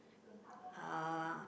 uh